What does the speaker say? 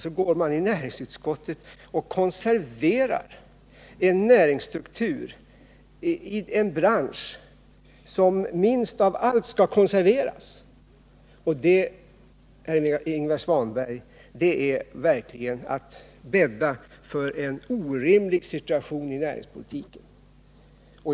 Så går man i näringsutskottet och konserverar en näringsstruktur i en bransch som minst av allt skall konserveras. Det, Ingvar Svanberg, är verkligen att bädda för en orimlig situation i näringspolitiken.